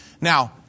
Now